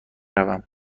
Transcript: روم